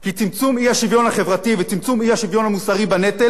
כי צמצום האי-שוויון החברתי וצמצום האי-שוויון המוסרי בנטל